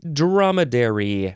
dromedary